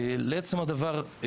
לעצם הדבר,